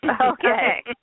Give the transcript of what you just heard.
Okay